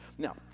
Now